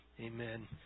Amen